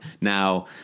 Now